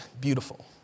beautiful